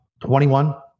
21